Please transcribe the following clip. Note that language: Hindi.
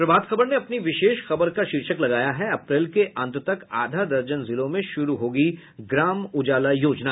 प्रभात खबर ने अपनी विशेष खबर का शीर्षक लगाया है अप्रैल के अंत तक आधा दर्जन जिलों में शुरू होगी ग्राम उजाला योजना